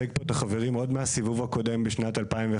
הקול הקורא צריך להינתן כי זה מה